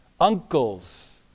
uncles